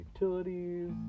utilities